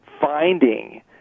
finding